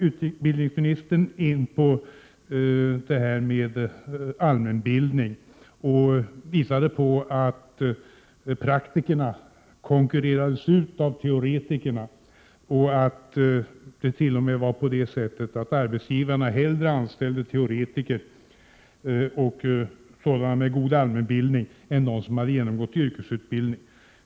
Utbildningsministern kom sedan in på allmänbildningen och talade om att praktikerna konkurrerades ut av teoretikerna och att arbetsgivarna när det gällde praktiskt arbete t.o.m. hellre anställde teoretiker och sökande med god allmänbildning än sådana som hade genomgått yrkesutbildning.